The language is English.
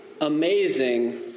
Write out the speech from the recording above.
amazing